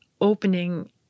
opening